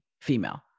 female